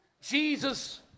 Jesus